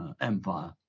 Empire